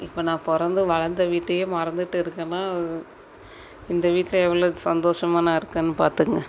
இப்போ நான் பிறந்து வளர்ந்த வீட்டையே மறந்துவிட்டு இருக்கேன்னா இந்த வீட்டில் எவ்வளோ சந்தோஷமாக நான் இருக்கேன்னு பார்த்துக்குங்க